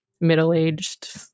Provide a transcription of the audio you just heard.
middle-aged